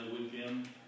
weekend